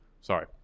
Sorry